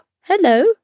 hello